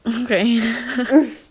Okay